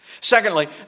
Secondly